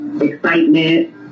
excitement